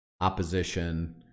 opposition